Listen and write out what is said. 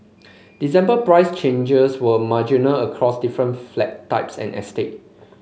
December price changes were marginal across different flat types and estate